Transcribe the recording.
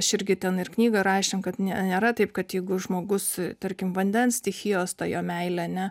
aš irgi ten ir knygą rašėm kad ne nėra taip kad jeigu žmogus tarkim vandens stichijos ta jo meilė ne